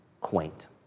quaint